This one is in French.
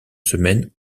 semaine